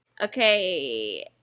Okay